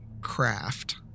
Craft